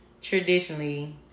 traditionally